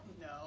No